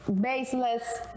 baseless